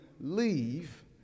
leave